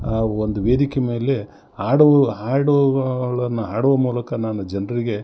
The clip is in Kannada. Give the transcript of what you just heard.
ಆ ಒಂದು ವೇದಿಕೆ ಮೇಲೆ ಹಾಡು ಹಾಡುಗಳನ್ನು ಹಾಡುವ ಮೂಲಕ ನಾನು ಜನರಿಗೆ